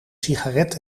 sigaret